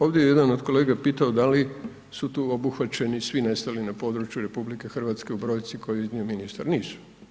Ovdje je jedan o kolega pitao da li su tu obuhvaćeni svi nestali na području RH u brojci koju je iznio ministar, nisu.